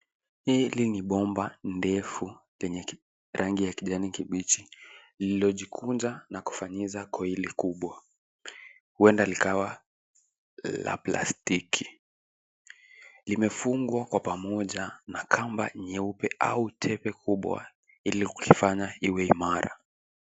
Hili ni bomba ndefu lenye rangi ya kijani kibichi lililojikunja na kufanyiza coil kubwa, huenda likawa la plastiki. Limefungwa kwa pamoja na kamba nyeupe au tepe kubwa ili kulifanya liwe imara.